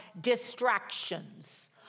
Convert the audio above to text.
distractions